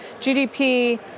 GDP